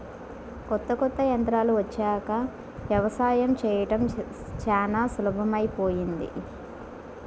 కొత్త కొత్త యంత్రాలు వచ్చాక యవసాయం చేయడం చానా సులభమైపొయ్యింది